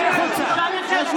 צא החוצה.